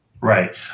Right